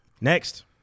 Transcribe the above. Next